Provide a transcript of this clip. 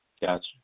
Gotcha